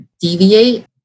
deviate